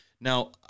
Now